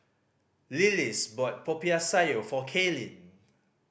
Lillis bought Popiah Sayur for Kaylin